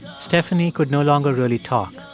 stephanie could no longer really talk.